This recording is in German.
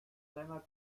seiner